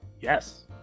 yes